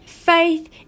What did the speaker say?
faith